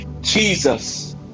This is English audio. Jesus